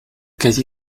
quasi